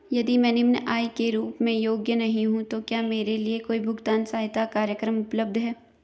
यदि मैं निम्न आय के रूप में योग्य नहीं हूँ तो क्या मेरे लिए कोई भुगतान सहायता कार्यक्रम उपलब्ध है?